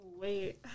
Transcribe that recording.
Wait